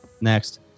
Next